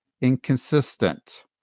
inconsistent